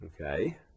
okay